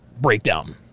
breakdown